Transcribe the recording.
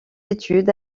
études